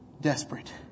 desperate